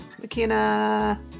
McKenna